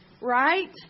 right